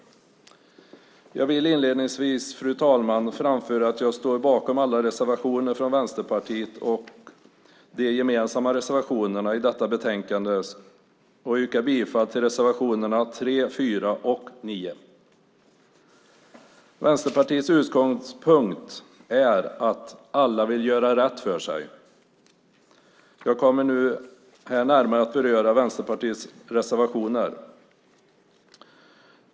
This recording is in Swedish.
Jag vill inledningsvis, fru talman, framföra att jag står bakom alla reservationer från Vänsterpartiet och de gemensamma reservationerna i detta betänkande. Men jag yrkar bifall endast till reservationerna 3, 4 och 9. Vänsterpartiets utgångspunkt är att alla vill göra rätt för sig. Jag kommer här att närmare beröra Vänsterpartiets reservationer.